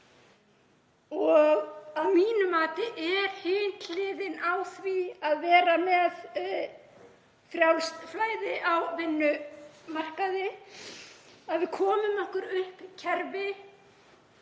Að mínu mati er hin hliðin á því að vera með frjálst flæði á vinnumarkaði ef við komum okkur upp kerfi